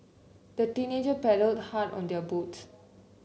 the teenagers paddled hard on their boats